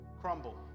crumble